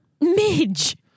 Midge